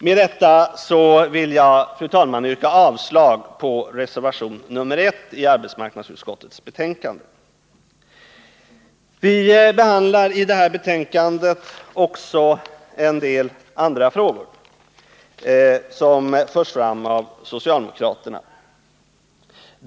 Med detta, fru talman, vill jag yrka avslag på reservation 1 vid arbetsmarknadsutskottets betänkande nr 25. I samma betänkande behandlas också en del andra frågor som förts fram av socialdemokraterna.